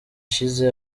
ishize